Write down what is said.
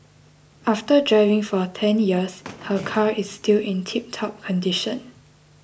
after driving for ten years her car is still in tiptop condition